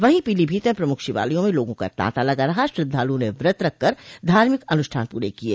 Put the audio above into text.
वहीं पीलीभीत में प्रमुख शिवालयों में लोगों का तांता लगा रहा श्रद्धालुओं ने व्रत रखकर धार्मिक अनुष्ठान पूरे किये